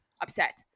upset